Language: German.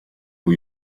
new